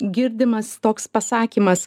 girdimas toks pasakymas